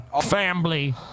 Family